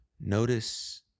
notice